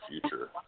future